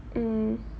ya